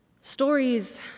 Stories